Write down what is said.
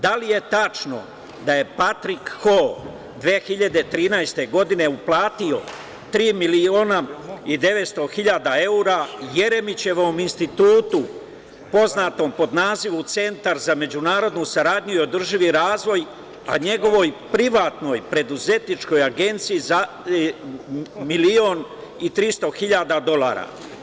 Da li je tačno da je Patrik Ho 2013. godine uplatio tri miliona i 900.000 evra Jeremićevom institutu poznatom pod nazivom Centar za međunarodnu saradnju i održivi razvoj, a njegovoj privatnoj preduzetničkoj agenciji milion i 300 hiljada dolara?